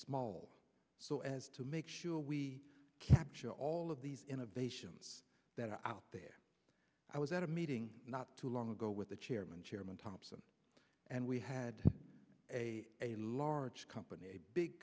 small so as to make sure we capture all of these innovations that are out there i was at a meeting not too long ago with the chairman chairman thompson and we had a a large company a big